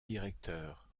directeur